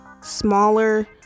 smaller